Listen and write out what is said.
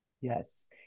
Yes